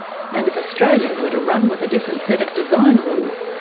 and if australia were to run with a different set of design rules,